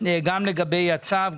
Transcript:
גם לגבי הצו,